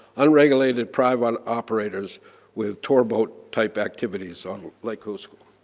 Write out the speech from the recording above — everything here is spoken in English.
unregulated private operators with tour boat type activities on lake hovsgol.